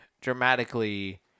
dramatically